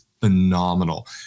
phenomenal